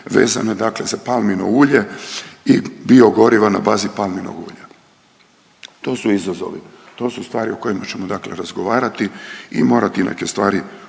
vezano za palmino ulje i biogoriva na bazi palminog ulja. To su izazovi, to su stvari o kojima ćemo razgovarati i morati neke stvari u tim